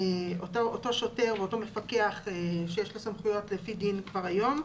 אותו שוטר ואותו מפקח שיש לו סמכויות לפי דין כבר היום,